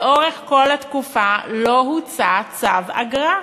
לאורך כל התקופה לא הוצא צו אגרה.